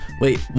wait